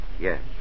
Yes